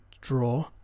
draw